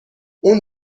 اون